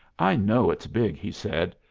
i know it's big, he said,